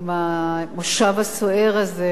עם המושב הסוער הזה,